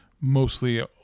mostly